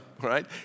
right